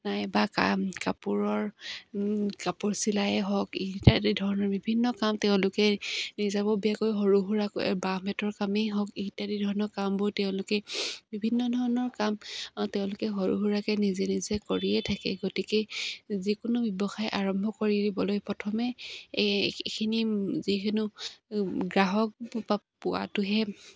নাইবা কাপোৰৰ কাপোৰ চিলায়ে হওক ইত্যাদি ধৰণৰ বিভিন্ন কাম তেওঁলোকে নিজাববীয়াকৈ সৰু সুৰা বাঁহ বেতৰ কামেই হওক ইত্যাদি ধৰণৰ কামবোৰ তেওঁলোকে বিভিন্ন ধৰণৰ কাম তেওঁলোকে সৰু সুৰাকে নিজে নিজে কৰিয়ে থাকে গতিকে যিকোনো ব্যৱসায় আৰম্ভ কৰি দিবলৈ প্ৰথমে এই এইখিনি যিকোনো গ্ৰাহক বা পোৱাটোহে